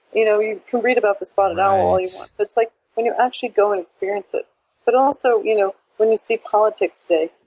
you know you can read about the spotted owl all you want, but like when you actually go and experience it but also, you know when you see politics today,